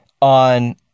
on